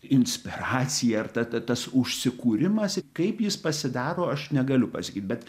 inspiracija ar ta ta tas užsikūrimas kaip jis pasidaro aš negaliu pasakyt bet